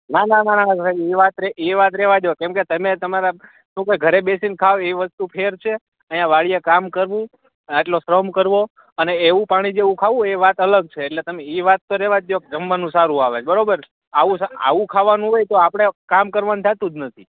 ના ના ના ઈ વાત એ વાત રેવડ્યો કેમ કે તમે તમારા ઘરે બેસીને ખાઓ એ વસ્તુ ફેર છે અહીંયા વાડીએ કામ કરવું અને આટલો શ્રમ કરવો અને એવું પાણી જેવું ખાવું એ વાત અલગ છે એટલે તમે ઈ વાત રેવાડ્યો કે જમવાનું સારું આવે છે બરોબર ને આવું આવું ખાવાનું હોય તો આપડે કામ કરવાનું થાતું જ નથી